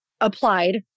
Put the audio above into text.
applied